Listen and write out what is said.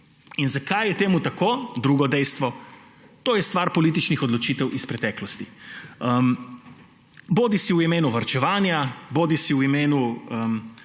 Zakaj je to tako? Drugo dejstvo – to je stvar političnih odločitev iz preteklosti. Bodisi v imenu varčevanja bodisi v imenu